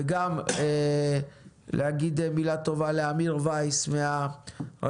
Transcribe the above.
וגם להגיד מילה טובה לאמיר וייס מהרשות